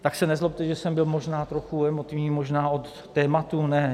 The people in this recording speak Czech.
Tak se nezlobte, že jsem byl možná trochu emotivní, možná od tématu ne.